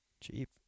Cheap